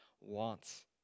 wants